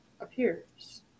appears